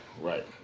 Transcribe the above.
right